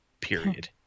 period